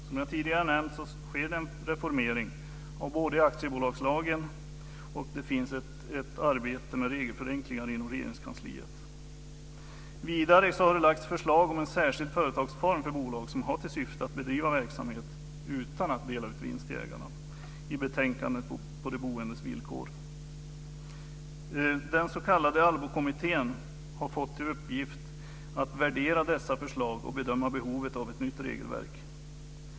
Som jag tidigare nämnt sker det en reformering av aktiebolagslagen. Det finns också ett arbete med regelförenklingar inom Regeringskansliet. Vidare har det lagts fram förslag om en särskild företagsform för bolag som har till syfte att bedriva verksamhet utan att dela ut vinst till ägarna. Det har gjorts i betänkandet På de boendes villkor. Den s.k. ALLBO-kommittén har fått i uppgift att värdera dessa förslag och bedöma behovet av ett nytt regelverk.